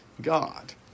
God